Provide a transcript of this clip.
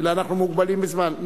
אנחנו מוגבלים בזמן.